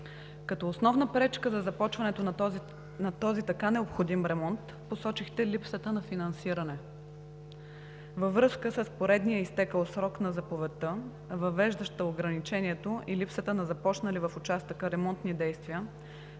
Като основна пречка за започването на този така необходим ремонт посочихте липсата на финансиране. Във връзка с поредния изтекъл срок на заповедта, въвеждаща ограничението и липсата на започнали в участъка ремонтни действия,